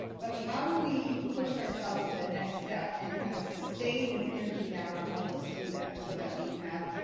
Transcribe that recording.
but how do we push ourselves to the next step and kind of sustain this energy now to help us do that so that we have.